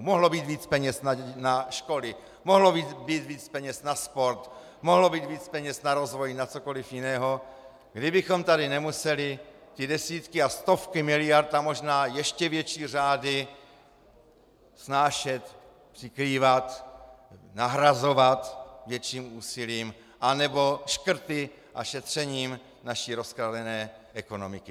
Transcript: Mohlo být víc peněz na školy, mohlo být víc peněz na sport, mohlo být víc peněz na rozvoj, na cokoliv jiného, kdybychom tady nemuseli desítky a stovky miliard a možná ještě větší řády snášet, přikrývat, nahrazovat větším úsilím anebo škrty a šetřením naší rozkradené ekonomiky.